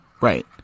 Right